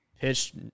pitch